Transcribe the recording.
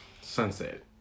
Sunset